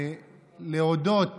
להודות